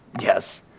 Yes